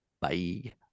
Bye